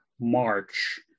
March